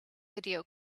video